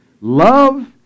love